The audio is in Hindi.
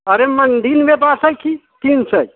अरे मंडी में बाटई की तीन सै